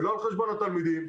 ולא על חשבון התלמידים.